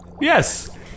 Yes